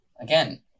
Again